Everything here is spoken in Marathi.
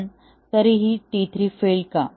पण तरीही T 3 फैल्ड का